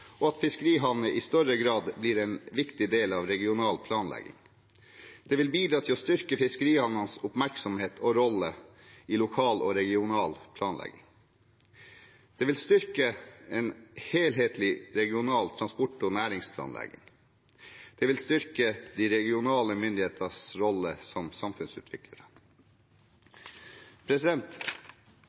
til at fiskerihavner i større grad blir en viktig del av regional planlegging. Det vil bidra til å styrke fiskerihavnenes oppmerksomhet og rolle i lokal og regional planlegging. Det vil styrke en helhetlig regional transport- og næringsplanlegging. Det vil styrke de regionale myndigheters rolle som